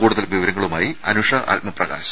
കൂടുതൽ വിവരങ്ങളുമായി അനുഷ ആത്മപ്രകാശ്